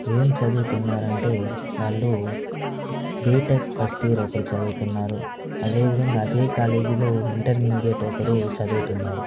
ఏం చదువుతున్నారంటే వాళ్ళు బీటెక్ ఫస్ట్ ఇయర్ ఒకరు చదువుతున్నారు అదేవిధంగా అదే కాలేజీ లో ఇంటర్మీడియట్ ఒకరు చదువుతున్నారు